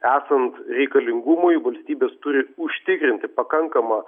esant reikalingumui valstybės turi užtikrinti pakankamą